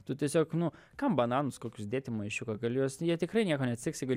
tu tiesiog nu kam bananus kokius dėt į maišiuką gali juos jie tikrai nieko neatsitiks jeigu